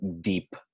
deep